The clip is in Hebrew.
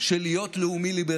של להיות לאומי-ליברלי,